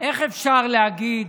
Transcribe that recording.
איך אפשר להגיד